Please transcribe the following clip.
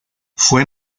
fue